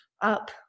up